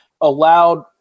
allowed